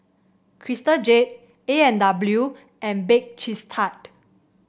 Crystal Jade A and W and Bake Cheese Tart